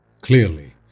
Clearly